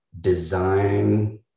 design